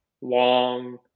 long